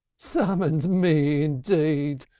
summons me, indeed,